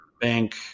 bank